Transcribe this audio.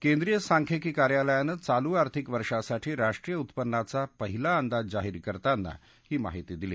केंद्रीय सांख्यिकी कार्यालयानं चालू आर्थिक वर्षासाठी राष्ट्रीय उत्पन्नाचा पहिला अंदाज जाहीर करताना ही माहिती दिली